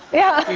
yeah.